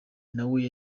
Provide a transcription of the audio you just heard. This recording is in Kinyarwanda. nawe